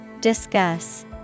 Discuss